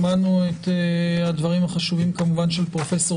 שמענו את הדברים החשובים של פרופסור